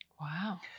Wow